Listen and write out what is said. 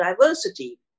diversity